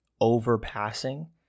overpassing